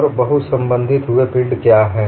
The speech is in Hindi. और बहुसंबंधित हुए पिंड क्या हैं